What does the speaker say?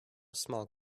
small